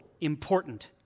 important